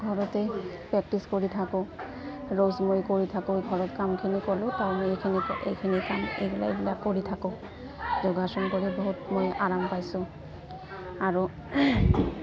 ঘৰতেই প্ৰেক্টিচ কৰি থাকোঁ ৰ'জ মই কৰি থাকোঁ ঘৰত কামখিনি কৰোঁ তাও এইখিনি এইখিনি কাম এইগিলা এইবিলাক কৰি থাকোঁ যোগাসন কৰি বহুত মই আৰাম পাইছোঁ আৰু